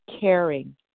caring